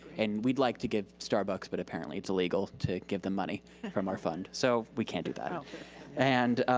and we'd like to give starbucks, but apparently it's illegal to give them money from our fund. so we can't do that. um and,